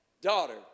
daughter